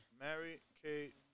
Mary-Kate